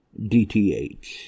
DTH